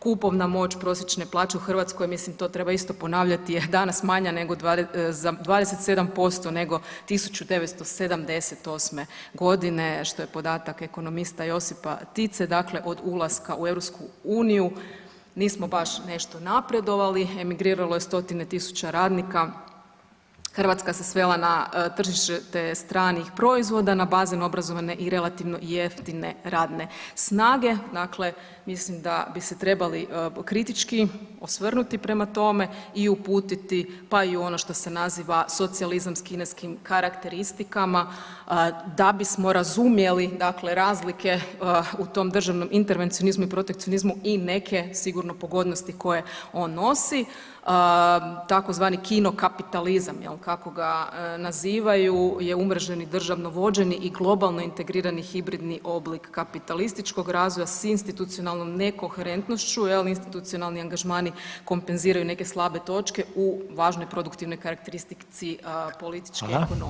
Kupovna moć prosječne plaće u Hrvatskoj mislim to treba isto ponavljati je danas manja nego, za 27% nego 1978. godine što je podatak ekonomista Josipa Tice, dakle od ulaska u EU nismo baš nešto napredovali, emigriralo je 100-tine tisuća radnika, Hrvatska se svela na tržište stranih proizvoda na bazi neobrazovane i relativno jeftine radne snage dakle mislim da bi se trebali kritički osvrnuti prema tome i uputiti pa i u ono što se naziva socijalizam s kineskim karakteristikama da bismo razumjeli dakle razlike u tom državnom intervenciozmu i protekcionizmu i neke sigurno pogodnosti koje on nosi tzv. kino kapitalizam jel kako ga nazivaju je umreženi državno vođeni i globalno integrirani hibridni oblik kapitalističkog razvoja s institucionalnom nekoherentnošću jel, institucionalni angažmani kompenziraju neke slabe točke u važnoj produktivnoj karakteristici političke ekonomije.